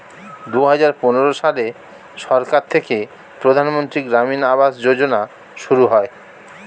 দুহাজার পনেরো সালে সরকার থেকে প্রধানমন্ত্রী গ্রামীণ আবাস যোজনা শুরু হয়